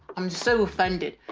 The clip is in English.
i'm so offended.